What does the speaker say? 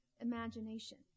imagination